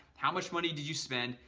how much money did you spend?